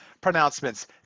pronouncements